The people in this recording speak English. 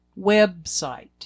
website